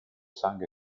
sang